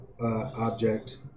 object